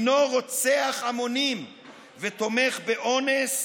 הוא רוצח המונים ותומך באונס,